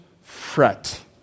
fret